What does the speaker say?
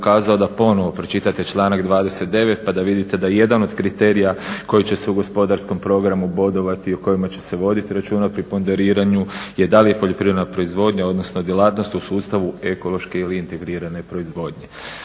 vam ukazao da ponovno pročitate članak 29. pa da vidite da je jedan od kriterija koji će se u gospodarskom programu bodovati i o kojima će se voditi računa pri ponderiranju je da li je poljoprivredna proizvodnja, odnosno djelatnost u sustavu ekološke ili integrirane proizvodnje.